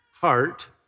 heart